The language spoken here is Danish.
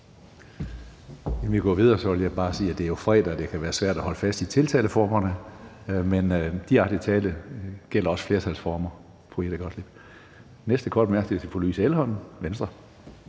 Næste korte bemærkning er til fru Louise Elholm, Venstre.